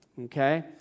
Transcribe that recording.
Okay